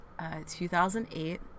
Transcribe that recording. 2008